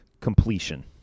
completion